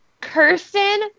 Kirsten